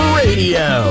radio